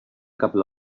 couple